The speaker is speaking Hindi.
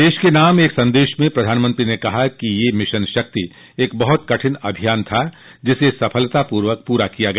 देश के नाम एक संदेश में प्रधानमंत्री ने कहा कि यह मिशन शक्ति एक बहुत कठिन अभियान था जिसे सफलतापूर्वक पूरा किया गया